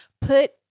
put